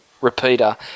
repeater